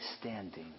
standing